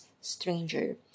stranger